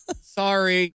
Sorry